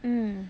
mm